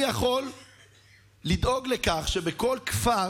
אני יכול לדאוג לכך שבכל כפר